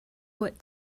what